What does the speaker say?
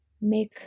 make